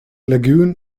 lagoon